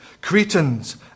Cretans